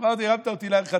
אמרתי לו: הרמת להנחתה.